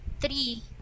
Three